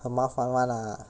很麻烦 [one] lah